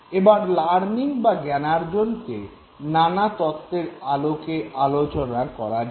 এবার লার্নিং বা জ্ঞানার্জনকে নানা তত্ত্বের আলোকে আলোচনা করা যাক